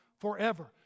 forever